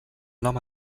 nom